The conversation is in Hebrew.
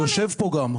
הוא יושב פה גם.